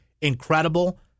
incredible